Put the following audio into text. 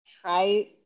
try